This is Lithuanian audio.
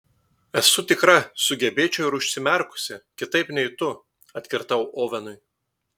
esu tikra sugebėčiau ir užsimerkusi kitaip nei tu atkirtau ovenui